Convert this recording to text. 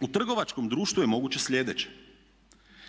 u trgovačkom društvu je moguće sljedeće.